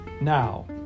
Now